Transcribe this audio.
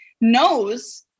knows